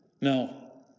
No